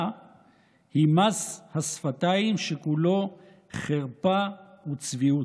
היא מס השפתיים שכולו חרפה וצביעות.